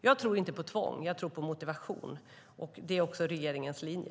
Jag tror inte på tvång, utan jag tror på motivation. Det är också regeringens linje.